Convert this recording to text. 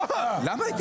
נעמה,